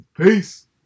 Peace